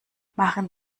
machen